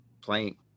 playing